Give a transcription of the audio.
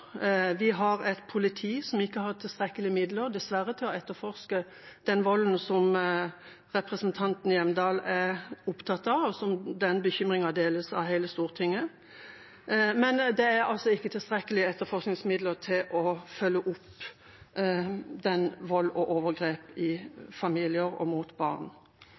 Vi har et politi som ikke har tilstrekkelige midler, dessverre, til å etterforske den volden som representanten Hjemdal er opptatt av. Den bekymringen deles av hele Stortinget, men det er altså ikke tilstrekkelige etterforskningsmidler til å følge opp vold og overgrep i familier og mot barn.